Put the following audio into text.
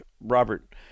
Robert